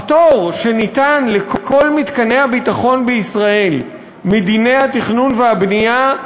הפטור שניתן לכל מתקני הביטחון בישראל מדיני התכנון והבנייה הוא